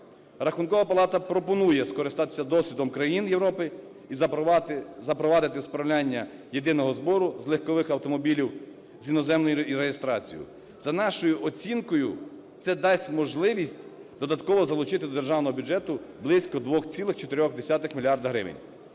Рахункова палата пропонує скористатися досвідом країн Європи і запровадити справляння єдиного збору з легкових автомобілів з іноземною реєстрацією. За нашою оцінкою це дасть можливість додатково залучити до державного бюджету близько 2,4 мільярда